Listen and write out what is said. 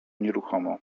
nieruchomo